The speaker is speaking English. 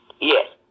Yes